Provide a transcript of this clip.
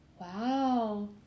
Wow